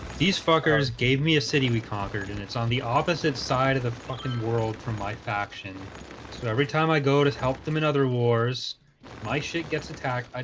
these fuckers gave me a city we conquered and it's on the opposite side of the fucking world from my faction so every time i go to help them in other wars my shit gets attacked.